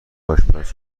آشپز